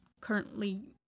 currently